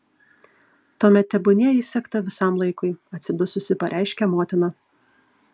tuomet tebūnie įsegta visam laikui atsidususi pareiškia motina